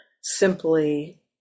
simply